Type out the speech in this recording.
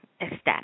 ecstatic